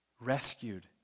Rescued